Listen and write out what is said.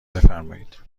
بفرمایید